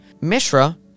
Mishra